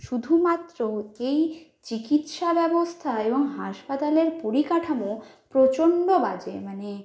শুধুমাত্র এই চিকিৎসা ব্যবস্থা এবং হাসপাতালে পরিকাঠামো প্রচণ্ড বাজে মানে